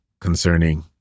concerning